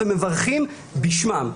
ומברכים בשמם.